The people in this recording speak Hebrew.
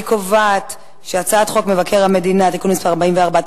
אני קובעת שהצעת חוק מבקר המדינה (תיקון מס' 44),